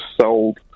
sold